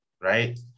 right